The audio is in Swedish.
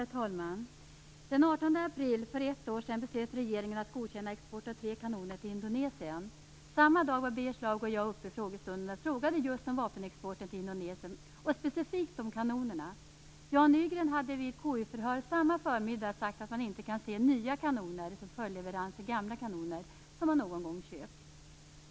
Herr talman! Den 18 april för ett år sedan beslöt regeringen att godkänna export av tre kanoner till Indonesien. Samma dag var Birger Schlaug och jag uppe i frågestunden och frågade just om vapenexporten till Indonesien och specifikt om kanonerna. Jan Nygren hade vid ett KU-förhör samma förmiddag sagt att man inte kan se nya kanoner som följdleverans till gamla kanoner som man någon gång köpt.